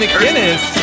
McGinnis